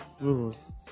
rules